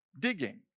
digging